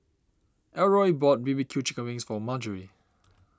Elroy bought B B Q Chicken Wings for Margery